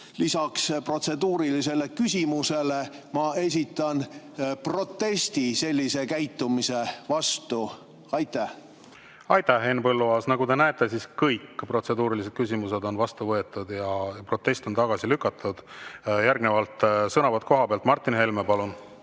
lisaks protseduurilisele küsimusele ma esitan protesti sellise käitumise vastu. Aitäh, Henn Põlluaas! Nagu te näete, siis kõik protseduurilised küsimused on vastu võetud. Protest on tagasi lükatud. Järgnevalt sõnavõtt kohapealt. Martin Helme, palun!